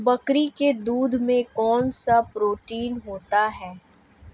बकरी के दूध में कौनसा प्रोटीन होता है?